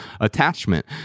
attachment